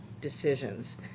decisions